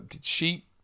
sheep